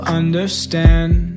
understand